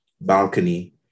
balcony